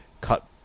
cut